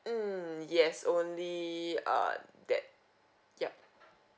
mm yes only err that ya